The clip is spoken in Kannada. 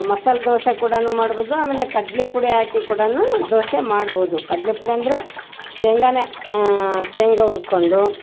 ಮಸಾಲೆ ದೋಸೆ ಕೂಡಾನು ಮಾಡ್ಬೌದು ಆಮೇಲೆ ಕಡ್ಲೆ ಪುಡಿ ಹಾಕಿ ಕೂಡಾನು ದೋಸೆ ಮಾಡ್ಬೋದು ಕಡ್ಲೆ ಪುಡಿ ಅಂದರೆ ಶೇಂಗಾನೆ ಶೇಂಗಾ ಹುರ್ಕೊಂಡು